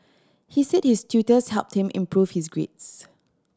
he said his tutors helped him improve his grades